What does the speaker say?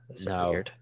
No